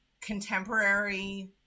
contemporary